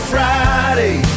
Friday